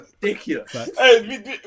Ridiculous